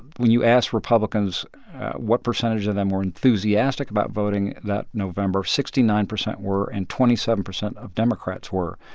when you asked republicans what percentage of them were enthusiastic about voting that november, sixty nine percent were, and twenty seven percent of democrats were.